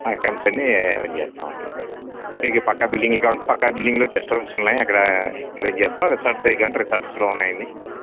accommodations అన్ని arrange చేస్తాం అండి మీకు పక్కా బిల్డింగ్లు కావాలంటే పక్కా బిడింగ్లు గెస్ట్ హౌస్లు ఉన్నాయి అక్కడ అరేంజ్ చేస్తాం రిసార్ట్స్ అవి కావాలంటే రిసార్ట్స్లో ఉన్నాయి అండి